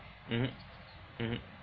mmhmm mmhmm